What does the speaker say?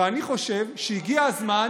ואני חושב שהגיע הזמן